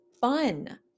fun